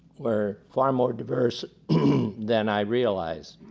were far more diverse than i realized.